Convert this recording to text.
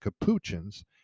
capuchins